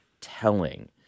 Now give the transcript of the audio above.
telling